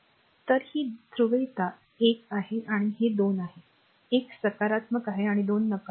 तर ही ध्रुवीयता 1 आहे आणि हे 2 आहे 1 सकारात्मक आहे 2 नकारात्मक आहे